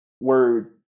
word